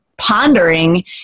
pondering